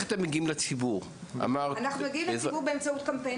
אנחנו מגיעים לציבור באמצעות קמפיין.